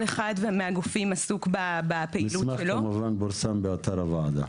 כל אחד מהגופים עסוק בפעילות שלו --- המסמך כמובן פורסם באתר הוועדה.